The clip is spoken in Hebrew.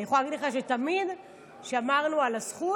אני יכולה להגיד לך שתמיד שמרנו על הזכות,